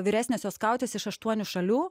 vyresniosios skautės iš aštuonių šalių